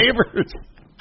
Neighbors